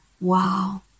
wow